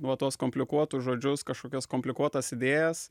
nu va tuos komplikuotus žodžius kažkokias komplikuotas idėjas